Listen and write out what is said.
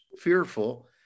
fearful